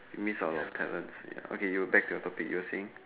miss our talents ya okay you back to your topic you were saying